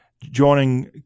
joining